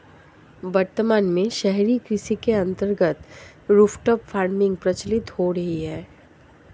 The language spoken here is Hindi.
वर्तमान में शहरी कृषि के अंतर्गत रूफटॉप फार्मिंग प्रचलित हो रही है